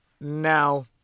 Now